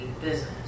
business